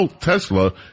Tesla